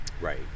right